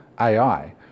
AI